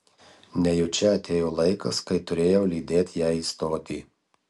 nejučia atėjo laikas kai turėjau lydėt ją į stotį